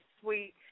sweet